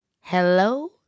hello